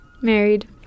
married